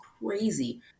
crazy